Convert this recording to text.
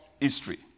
history